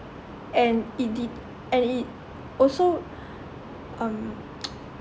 and it de~ and it also um